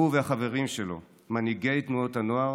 הוא והחברים שלו, מנהיגי תנועות הנוער,